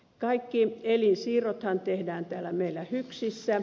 kaikki elinsiirrothan tehdään täällä meillä hyksissä